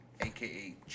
aka